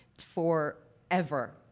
forever